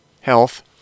health